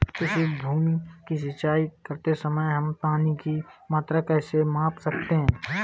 किसी भूमि की सिंचाई करते समय हम पानी की मात्रा कैसे माप सकते हैं?